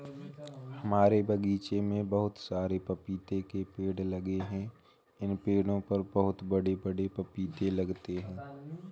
हमारे बगीचे में बहुत सारे पपीते के पेड़ लगे हैं इन पेड़ों पर बहुत बड़े बड़े पपीते लगते हैं